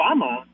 Obama